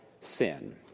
sin